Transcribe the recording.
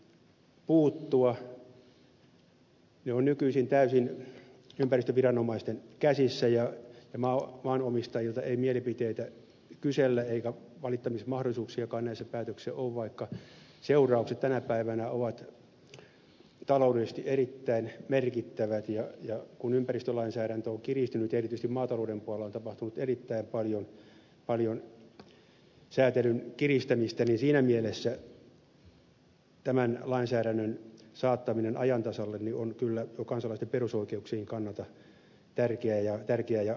ne ovat nykyisin täysin ympäristöviranomaisten käsissä ja maanomistajilta ei mielipiteitä kysellä eikä valittamismahdollisuuksiakaan näissä päätöksissä ole vaikka seuraukset tänä päivänä ovat taloudellisesti erittäin merkittävät ja kun ympäristölainsäädäntö on kiristynyt ja erityisesti maatalouden puolella tapahtunut erittäin paljon säätelyn kiristämistä niin siinä mielessä tämän lainsäädännön saattaminen ajan tasalle on kyllä jo kansalaisten perusoikeuksienkin kannalta tärkeää ja välttämätöntä